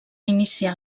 iniciar